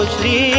Shri